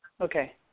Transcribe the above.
Okay